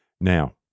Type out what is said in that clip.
Now